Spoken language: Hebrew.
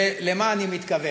ולמה אני מתכוון?